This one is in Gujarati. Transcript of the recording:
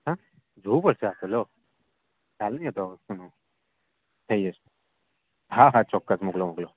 હા જોવું પડશે આ તો ખ્યાલ નહીં હતો આ વસ્તુનો થઈ જશે હા હા ચોક્કસ મોકલો મોકલો